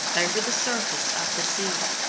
over the surface of the sea.